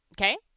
Okay